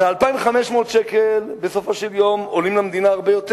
אז 2,500 שקל בסופו של יום עולים למדינה הרבה יותר.